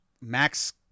Max